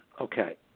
Okay